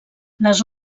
les